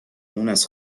مونس